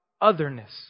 otherness